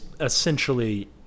essentially